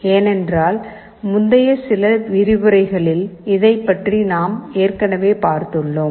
ஏனென்றால் முந்தைய சில விரிவுரைகளில் இதை பற்றி நாம் ஏற்கனவே பார்த்துள்ளோம்